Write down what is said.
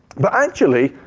but actually,